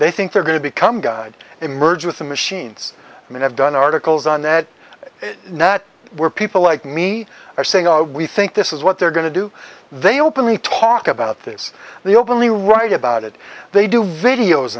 they think they're going to become god they merge with the machines i mean i've done articles on that now that were people like me are saying we think this is what they're going to do they openly talk about this the openly write about it they do videos